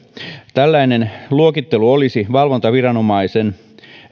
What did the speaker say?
tällainen luokittelu olisi valvontaviranomaisen